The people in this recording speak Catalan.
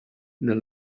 del